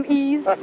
ease